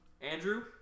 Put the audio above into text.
andrew